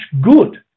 good